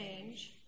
change